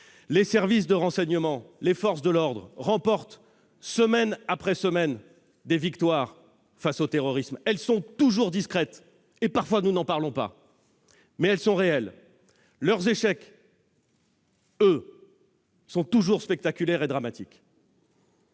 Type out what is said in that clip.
les services de renseignement et les forces de l'ordre, qui remportent semaine après semaine des victoires face au terrorisme. Leurs victoires sont toujours discrètes, et parfois nous n'en parlons même pas, mais elles sont réelles, tandis que leurs échecs sont toujours spectaculaires et dramatiques.